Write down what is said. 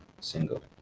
single